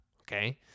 okay